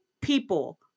people